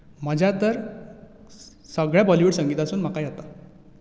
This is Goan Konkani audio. मजा तर सगळ्या बॉलीवूड संगीतासून म्हाका येता